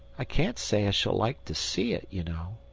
i can't say i shall like to see it, you know.